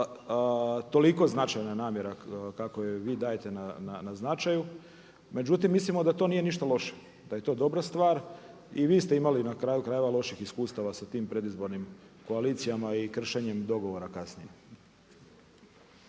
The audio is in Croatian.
toliko značajna namjera kako joj vi dajete na značaju. Međutim, mislimo da to nije ništa loše. Da je to dobra stvar. I vi ste imali na kraju krajeva loših iskustava sa tim predizbornim koalicijama i kršenjem dogovora kasnije.